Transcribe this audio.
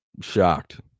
shocked